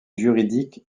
juridique